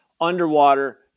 underwater